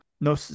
No